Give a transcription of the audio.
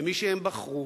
במי שהם בחרו,